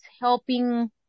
helping